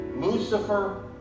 Lucifer